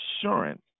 assurance